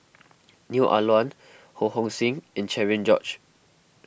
Neo Ah Luan Ho Hong Sing and Cherian George